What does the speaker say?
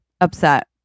Upset